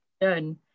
done